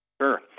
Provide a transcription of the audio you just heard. Sure